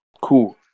cool